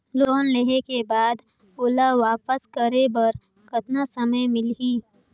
Loan लेहे के बाद ओला वापस करे बर कतना समय मिलही?